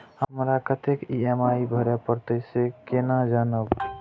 हमरा कतेक ई.एम.आई भरें परतें से केना जानब?